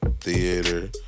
Theater